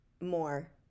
more